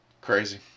crazy